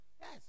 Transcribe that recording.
Yes